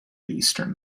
eastern